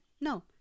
No